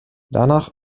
danach